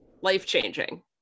life-changing